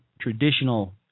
traditional